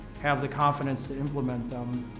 have the confidence to implement them,